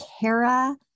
Kara